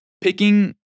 picking